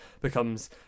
becomes